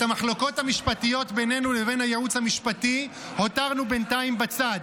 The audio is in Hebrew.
את המחלוקות המשפטיות בינינו לבין הייעוץ המשפטי הותרנו בינתיים בצד,